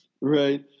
Right